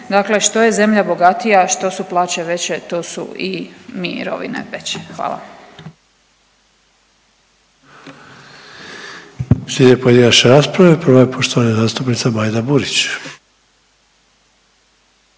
Dakle, što je zemlja bogatija, što su plaće veće to su i mirovine veće. Hvala. **Sanader, Ante (HDZ)** Slijede pojedinačne rasprave. Prva je poštovana zastupnica Majda Burić.